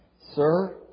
Sir